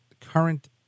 current